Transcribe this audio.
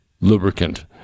lubricant